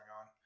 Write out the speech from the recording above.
on